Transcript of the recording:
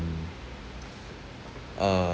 uh